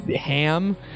ham